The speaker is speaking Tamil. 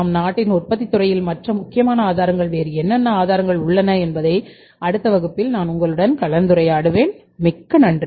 நம் நாட்டில் உற்பத்தித் துறையில் மற்ற முக்கியமான ஆதாரங்கள் வேறு என்னென்ன ஆதாரங்கள் உள்ளன என்பதை அடுத்த வகுப்பில் நான் உங்களுடன் கலந்துரையாடுவேன் மிக்க நன்றி